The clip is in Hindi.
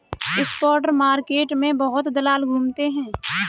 स्पॉट मार्केट में बहुत दलाल घूमते रहते हैं